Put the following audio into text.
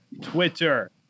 Twitter